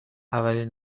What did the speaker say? اولین